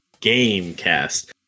Gamecast